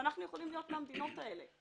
ואנחנו יכולים היות מן המדינות האלה,